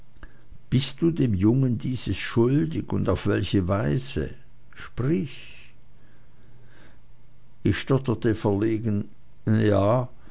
bist du dem jungen dieses schuldig und auf welche weise sprich ich stotterte verlegen ja